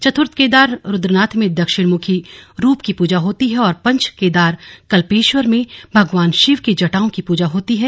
चतुर्थ केदार रूद्रनाथ में दक्षिण मुखी रूप की पूजा होती है और पंचम केदार कल्पेश्वर में भगवान शिव की जटाओं की पूजा होती है